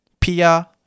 pia